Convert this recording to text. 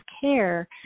care